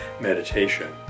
meditation